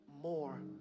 more